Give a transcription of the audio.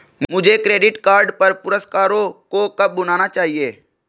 मुझे credit card पर पुरस्कारों को कब भुनाना चाहिए?